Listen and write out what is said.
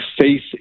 faith